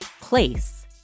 place